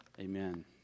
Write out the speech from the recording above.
Amen